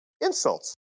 insults